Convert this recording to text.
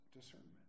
discernment